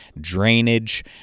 drainage